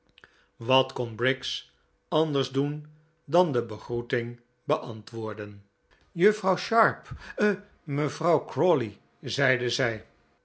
wat kon briggs anders doen dan de begroeting beantwoorden juffrouw sh mevrouw crawley zeide zij